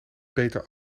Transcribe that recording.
beter